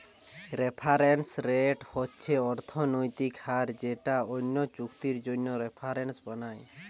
reference rate হচ্ছে অর্থনৈতিক হার যেটা অন্য চুক্তির জন্যে রেফারেন্স বানায়